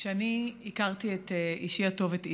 כשאני הכרתי את אישי הטוב, את עברי,